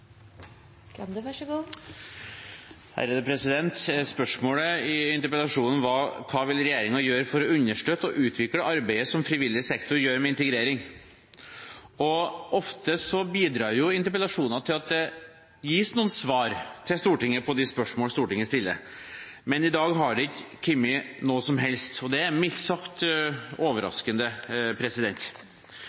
Spørsmålet i interpellasjonen var: Hva vil regjeringen gjøre for å understøtte og utvikle arbeidet som frivillig sektor gjør med integrering? Ofte bidrar jo interpellasjoner til at det gis noen svar til Stortinget på de spørsmål Stortinget stiller, men i dag har det ikke kommet noe som helst, og det er mildt sagt overraskende.